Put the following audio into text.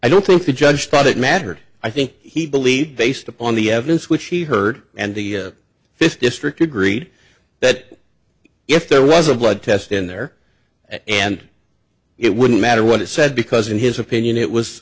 i don't think the judge thought it mattered i think he believed based upon the evidence which he heard and the fifth district agreed that if there was a blood test in there and it wouldn't matter what it said because in his opinion it was